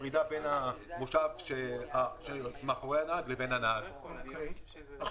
מה הנהג אמור